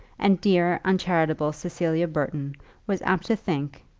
and dear, uncharitable cecilia burton was apt to think,